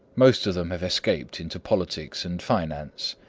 most of them have escaped into politics and finance,